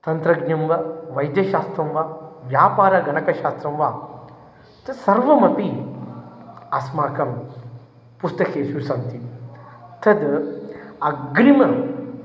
तन्त्रज्ञं वा वैद्यशास्त्रं वा व्यापारगणकशास्त्रं वा तत्सर्वमपि अस्माकं पुस्तकेषु सन्ति तद् अग्रिमं